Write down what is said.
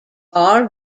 are